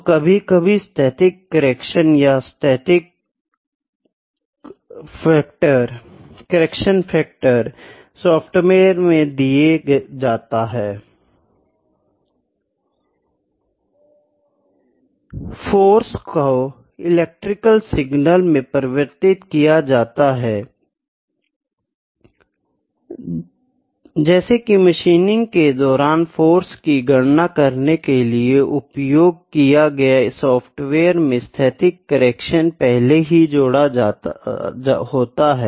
तो कभी कभी स्थैतिक करेक्शन या करेक्शन फैक्टर सॉफ़्टवेयर में दिया जाता है जैसे की मशीनिंग के दौरान फाॅर्स की गणना करने के लिए उपयोग किये गए सॉफ्टवेयर में स्थैतिक करेक्शन पहले ही जोड़ा होता है